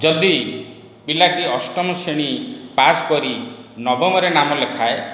ଯଦି ପିଲାଟି ଅଷ୍ଟମ ଶ୍ରେଣୀ ପାସ୍ କରି ନବମରେ ନାମ ଲେଖାଏ